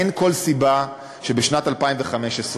אין כל סיבה שבשנת 2015,